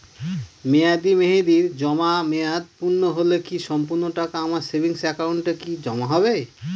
মেয়াদী মেহেদির জমা মেয়াদ পূর্ণ হলে কি সম্পূর্ণ টাকা আমার সেভিংস একাউন্টে কি জমা হবে?